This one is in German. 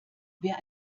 wer